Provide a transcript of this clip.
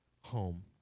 home